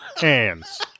hands